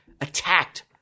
attacked